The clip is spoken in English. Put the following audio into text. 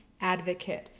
advocate